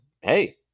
hey